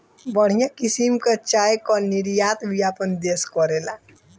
बढ़िया किसिम कअ चाय कअ निर्यात भी आपन देस करेला